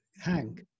Hank